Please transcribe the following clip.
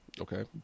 Okay